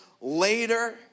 later